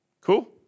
Cool